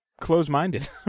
close-minded